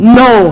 no